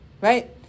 Right